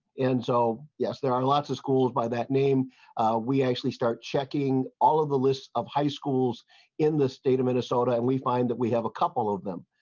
and so yes there are lots of schools by that we actually start checking all of the list of high schools in the state of minnesota and we find that we have a couple of them.